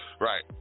Right